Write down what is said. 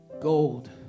gold